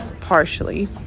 partially